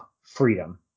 freedom